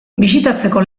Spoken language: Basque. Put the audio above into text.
bisitatzeko